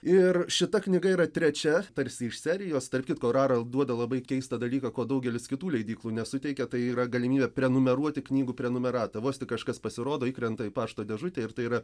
ir šita knyga yra trečia tarsi iš serijos tarp kitko rara duoda labai keistą dalyką ko daugelis kitų leidyklų nesuteikia tai yra galimybė prenumeruoti knygų prenumeratą vos tik kažkas pasirodo įkrenta į pašto dėžutę ir tai yra